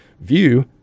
view